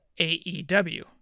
AEW